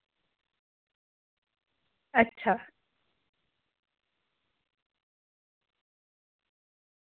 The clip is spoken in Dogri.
अच्छा